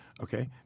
okay